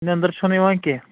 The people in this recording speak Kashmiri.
نیٚنٛدٕر چھو نہٕ یِوان کیٚنٛہہ